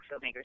filmmakers